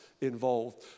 involved